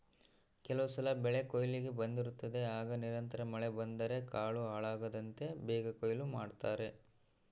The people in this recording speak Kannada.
ಕೆಲವುಸಲ ಬೆಳೆಕೊಯ್ಲಿಗೆ ಬಂದಿರುತ್ತದೆ ಆಗ ನಿರಂತರ ಮಳೆ ಬಂದರೆ ಕಾಳು ಹಾಳಾಗ್ತದಂತ ಬೇಗ ಕೊಯ್ಲು ಮಾಡ್ತಾರೆ